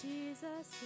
Jesus